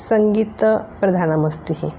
सङ्गीतप्रधानमस्ति